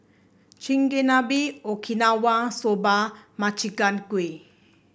Chigenabe Okinawa Soba Makchang Gui